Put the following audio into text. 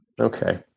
Okay